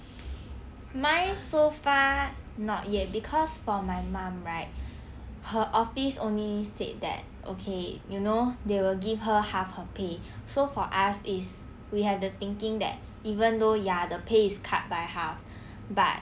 mine so far not yet cause for my mum right her office only said that okay you know they will give her half her pay so for us is we have the thinking that even though ya the pay cut by half but